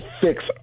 fix